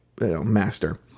master